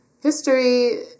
History